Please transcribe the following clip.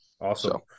Awesome